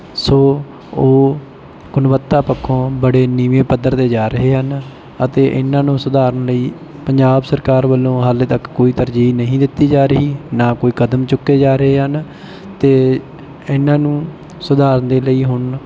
ਸੋ ਉਹ ਗੁਣਵੱਤਾ ਪੱਖੋਂ ਬੜੇ ਨੀਵੇਂ ਪੱਧਰ 'ਤੇ ਜਾ ਰਹੇ ਹਨ ਅਤੇ ਇਹਨਾਂ ਨੂੰ ਸੁਧਾਰਨ ਲਈ ਪੰਜਾਬ ਸਰਕਾਰ ਵੱਲੋਂ ਹਾਲੇ ਤੱਕ ਕੋਈ ਤਰਜੀਹ ਨਹੀਂ ਦਿੱਤੀ ਜਾ ਰਹੀ ਨਾ ਕੋਈ ਕਦਮ ਚੁੱਕੇ ਜਾ ਰਹੇ ਹਨ ਅਤੇ ਇਹਨਾਂ ਨੂੰ ਸੁਧਾਰਨ ਦੇ ਲਈ ਹੁਣ